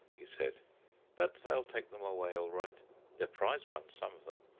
he said but they'll take them away all right they're prize ones, some of them.